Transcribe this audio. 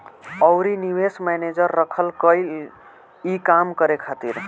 अउरी निवेश मैनेजर रखल गईल ई काम करे खातिर